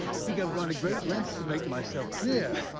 i think i've gone a great length to make myself clear.